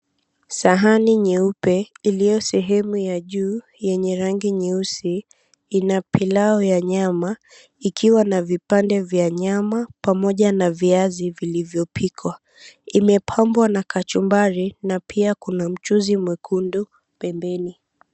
Sahani nyeupe iliyo sehemu ya juu yenye rangi nyeusi ina pilau ya nyama ikiwa na vipande vya nyama pamoja na viazi vilivyopikwa. Imepambwa na kachumbari na pia kuna mchuzi mwekundu pembeni.